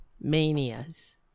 manias